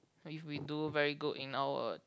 if we do very good in our